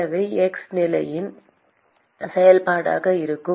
எனவே x நிலையின் செயல்பாடாக இருக்கும்